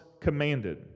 commanded